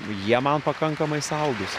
jie man pakankamai saldūs